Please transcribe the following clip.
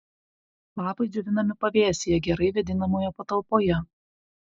lapai džiovinami pavėsyje gerai vėdinamoje patalpoje